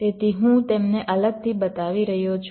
તેથી હું તેમને અલગથી બતાવી રહ્યો છું